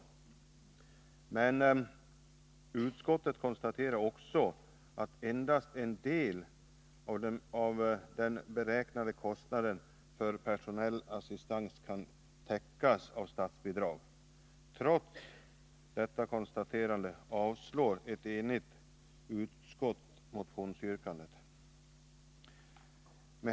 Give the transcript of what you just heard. Men utskottet konstaterar också att endast en del av den beräknade kostnaden för personell assistans har kunnat täckas av statsbidrag. Trots detta konstaterande avstyrker ett enigt utskott motionsyrkandet.